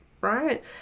right